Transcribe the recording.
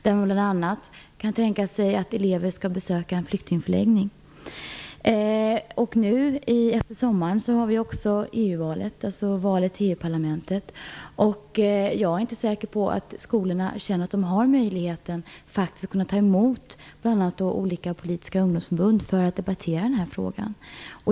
Där kan man t.ex. tänka sig att elever besöker en flyktingförläggning. Efter sommaren har vi ju EU-valet, alltså valet till EU-parlamentet. Jag är inte säker på att skolorna faktiskt känner att de har möjlighet att ta emot bl.a. representanter för olika politiska ungdomsförbund för att debattera den här frågan.